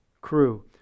crew